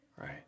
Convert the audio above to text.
right